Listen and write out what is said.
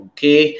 Okay